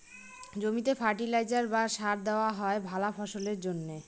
জমিতে ফার্টিলাইজার বা সার দেওয়া হয় ভালা ফসলের জন্যে